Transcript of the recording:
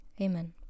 Amen